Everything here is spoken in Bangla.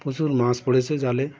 প্রচুর মাছ পড়েছে জালে